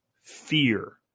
fear